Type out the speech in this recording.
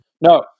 No